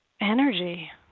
energy